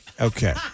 okay